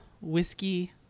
whiskey